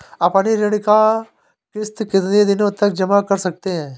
अपनी ऋण का किश्त कितनी दिनों तक जमा कर सकते हैं?